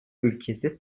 ülkesi